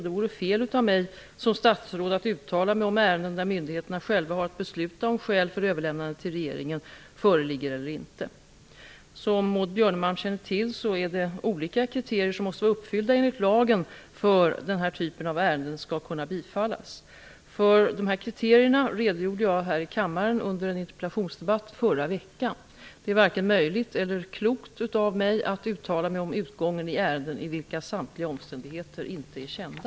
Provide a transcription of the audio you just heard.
Det vore fel av mig som statsråd att uttala mig om ärenden där myndigheterna själva har att besluta om skäl för överlämnande till regeringen föreligger eller inte. Som Maud Björnemalm känner till är det olika kriterier som måste vara uppfyllda enligt lagen för att den här typen av ärenden skall kunna bifallas. För dessa kriterier redogjorde jag här i kammaren under en interpellationsdebatt förra veckan. Det är varken möjligt eller klokt av mig att uttala mig om utgången i ärenden i vilka samtliga omständigheter inte är kända.